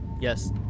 yes